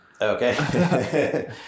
Okay